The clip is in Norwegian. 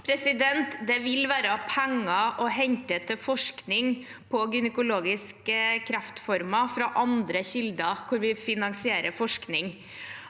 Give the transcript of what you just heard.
Det vil være penger å hente til forskning på gynekologiske kreftformer fra andre kilder hvor vi finansierer forskning.